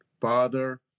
father